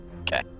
Okay